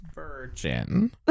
Virgin